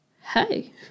Hey